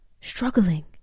struggling